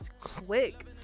quick